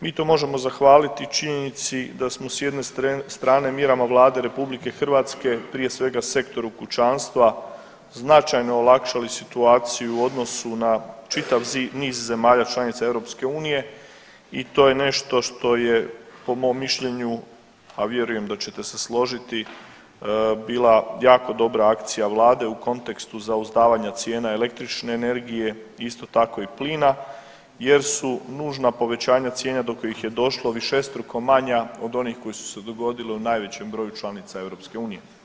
Mi to možemo zahvaliti činjenici da smo s jedne strane mjerama Vlade RH, prije svega sektoru kućanstva značajno olakšali situaciju u odnosu na čitav niz zemalja članica EU i to je nešto što je po mom mišljenju, a vjerujem da ćete se složiti bila jako dobra akcija vlade u kontekstu zauzdavanju cijena električne energije, isto tako i plina jer su nužna povećanja cijena do kojih je došlo višestruko manja od onih koje su se dogodile u najvećem broju članica EU.